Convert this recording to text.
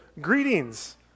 Greetings